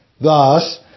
Thus